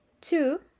Two